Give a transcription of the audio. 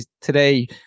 today